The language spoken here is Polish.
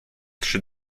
trzy